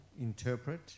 interpret